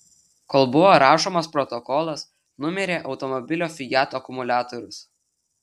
kol buvo rašomas protokolas numirė automobilio fiat akumuliatorius